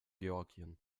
georgien